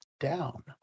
down